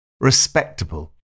respectable